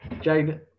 Jane